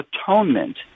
atonement